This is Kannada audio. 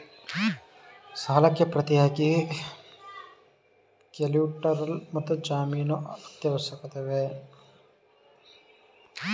ಸಾಲಕ್ಕೆ ಪ್ರತಿಯಾಗಿ ಕೊಲ್ಯಾಟರಲ್ ಮತ್ತು ಜಾಮೀನು ಅತ್ಯವಶ್ಯಕವೇ?